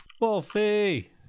Wolfie